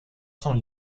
son